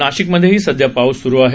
नाशिकमधेही सध्या पाऊस स्रु आहे